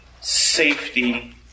safety